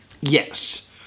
Yes